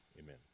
Amen